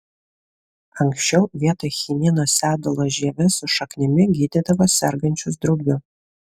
anksčiau vietoj chinino sedulos žieve su šaknimi gydydavo sergančius drugiu